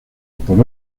por